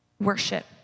Worship